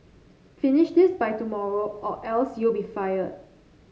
finish this by tomorrow or else you'll be fired